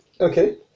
Okay